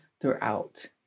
throughout